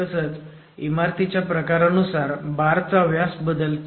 तसंच इमारतीच्या प्रकारानुसार बारचा व्यास बदलतो